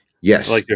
Yes